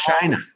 china